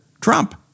Trump